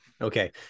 Okay